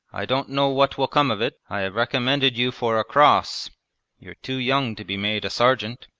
i don't know what will come of it. i have recommended you for a cross you're too young to be made a sergeant.